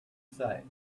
say